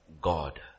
God